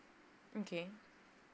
okay